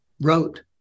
wrote